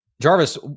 Jarvis